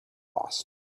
lost